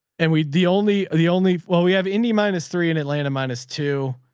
and we, the only, the only, well we have any minus three in atlanta, minus two